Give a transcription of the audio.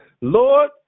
Lord